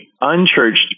unchurched